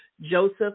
Joseph